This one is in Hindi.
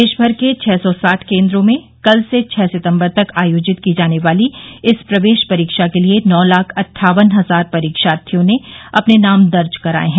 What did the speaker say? देश भर के छह सौ साठ केन्द्रों में कल से छह सितंबर तक आयोजित की जाने वाली इस प्रवेश परीक्षा के लिए नौ लाख अट्ठावन हजार परीक्षार्थियों ने अपने नाम दर्ज कराये हैं